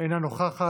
אינה נוכחת,